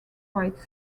quite